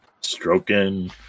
Stroking